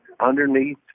underneath